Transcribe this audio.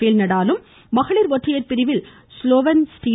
பேல் நடாலும் ஒற்றையர் பிரிவில் ஸ்லோவென் ஸ்டீ